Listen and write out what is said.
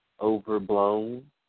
overblown